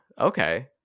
okay